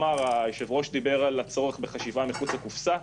היושב-ראש דיבר על הצורך בחשיבה מחוץ לקופסה.